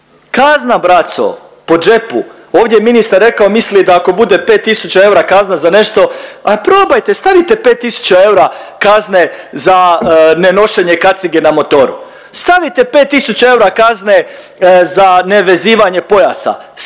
Kazna braco po džepu. Ovdje ministar je rekao misli da ako bude 5 tisuća eura kazna za nešto a probajte stavite 5 tisuća eura kazne za nenošenje kacige na motoru, stavite 5 tisuća eura kazne za nevezivanje pojasa,